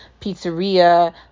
pizzeria